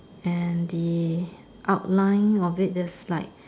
and the outline of it is like